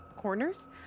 corners